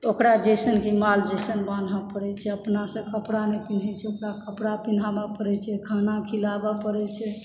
ओकरा जइसन माल जइसन बान्हऽ पड़ै छै अपना से कपड़ा नहि पीन्है छै ओकरा कपड़ा पिन्हाबय पड़ै छै खाना खिलाबऽ पड़ै छै